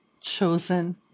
chosen